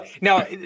now